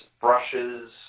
brushes